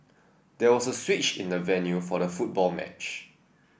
there was a switch in the venue for the football match